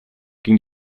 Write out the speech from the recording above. ging